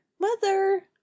mother